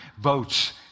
votes